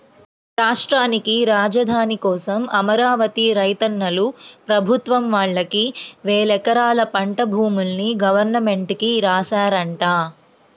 రాష్ట్రానికి రాజధాని కోసం అమరావతి రైతన్నలు ప్రభుత్వం వాళ్ళకి వేలెకరాల పంట భూముల్ని గవర్నమెంట్ కి రాశారంట